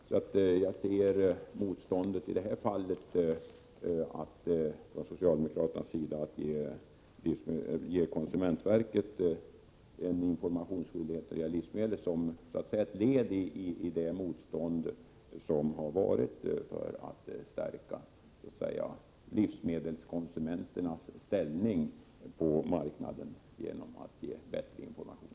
I det här fallet ser jag motståndet från socialdemokraternas sida mot att ålägga konsumentverket en informationsskyldighet när det gäller livsmedel som ett led i det motstånd som har funnits mot att stärka livsmedelskonsumenternas ställning på marknaden genom att ge dem bättre information.